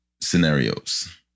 Scenarios